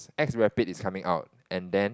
ex rapid is coming out and then